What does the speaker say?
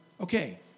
Okay